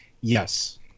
Yes